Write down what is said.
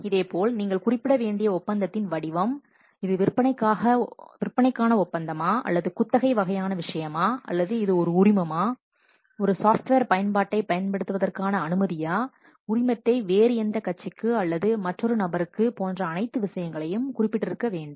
இதேபோல் நீங்கள் குறிப்பிட வேண்டிய ஒப்பந்தத்தின் வடிவம் இது விற்பனைக்கான ஒப்பந்தமா அல்லது குத்தகை வகையான விஷயமா அல்லது இது ஒரு உரிமமா ஒரு சாப்ட்வேர் பயன்பாட்டைப் பயன்படுத்துவதற்கான அனுமதியா உரிமத்தை வேறு எந்த கட்சிக்கு அல்லது மற்றொரு நபருக்கு போன்ற அனைத்து விஷயங்களையும் குறிப்பிட்டிருக்க வேண்டும்